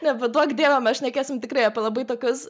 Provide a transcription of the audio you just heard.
ne bet duok dieve mes šnekėsim tikrai apie labai tokius